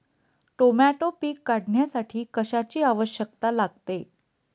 Tomato पीक काढण्यासाठी कशाची आवश्यकता लागते?